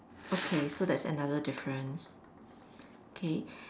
okay so that's another difference okay